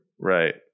Right